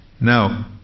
Now